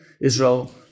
Israel